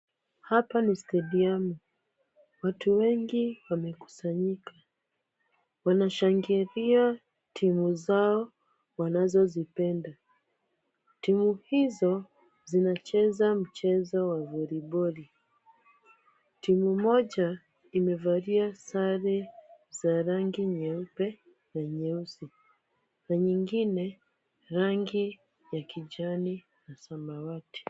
Hapa ni stadiumu . Watu wengi wamekusanyika wanashangilia timu zao wanazozipenda. Timu hizo zinacheza mpira wa volliboli. Timu moja imebalia sare za rangi nyeupe na nyeusi na nyingine rangi ya kijani na samawati.